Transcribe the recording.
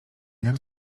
jak